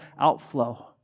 outflow